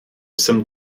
jsem